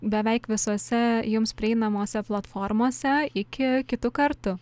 beveik visose jums prieinamose platformose iki kitų kartų